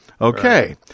Okay